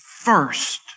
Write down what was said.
first